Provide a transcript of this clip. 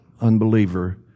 unbeliever